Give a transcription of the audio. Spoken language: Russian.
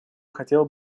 хотел